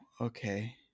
okay